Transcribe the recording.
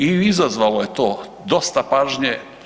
I izazvalo je to dosta pažnje.